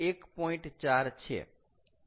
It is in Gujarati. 4 છે